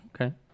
Okay